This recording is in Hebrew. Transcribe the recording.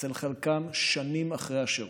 אצל חלקם, שנים אחרי השירות.